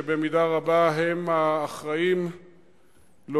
שבמידה רבה הם האחראים להובלתו,